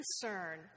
concern